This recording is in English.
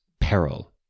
peril